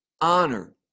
honor